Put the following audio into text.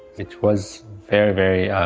it was very very